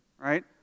right